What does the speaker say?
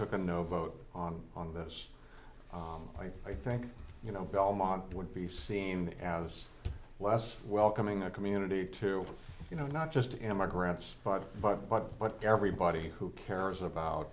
took a no vote on on this i think you know belmont would be seen as less welcoming a community to you know not just immigrants but but but but everybody who cares about